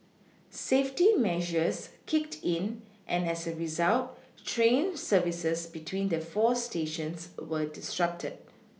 safety measures kicked in and as a result train services between the four stations were disrupted